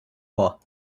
vor